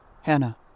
Hannah